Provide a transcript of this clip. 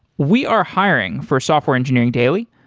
we are hiring for software engineering daily.